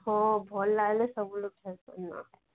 ହଁ ଭଲ୍ ହେଲେଁ ସବୁଁ ଲୋକ ଆସନ୍